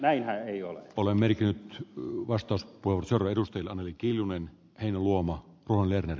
näinhän ei ole mikään vastaus pulsar edustajilla oli kiljunen eino luoma kuvailee